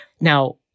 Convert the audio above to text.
now